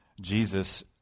Jesus